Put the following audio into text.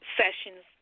sessions